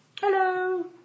Hello